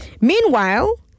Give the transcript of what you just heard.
Meanwhile